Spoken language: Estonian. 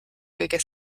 kõige